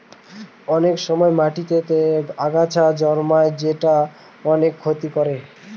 অনেক সময় মাটিতেতে আগাছা জন্মায় যেটা অনেক ক্ষতি করে